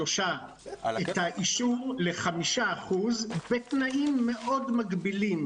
שלושה את האישור ל-5% בתנאים מאוד מגבילים.